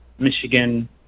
Michigan